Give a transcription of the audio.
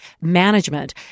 Management